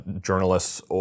journalists